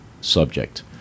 subject